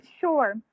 Sure